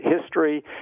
history